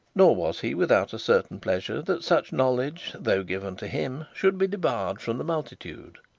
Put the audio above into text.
nor was he without a certain pleasure that such knowledge though given to him should be debarred from the multitude.